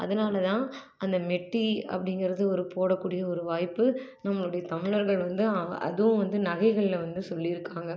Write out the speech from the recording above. அதனால் தான் அந்த மெட்டி அப்படிங்குறது ஒரு போட கூடிய ஒரு வாய்ப்பு நம்மளுடைய தமிழர்கள் வந்து அதுவும் வந்து நகைகளில் வந்து சொல்லி இருக்காங்க